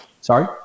Sorry